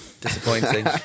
Disappointing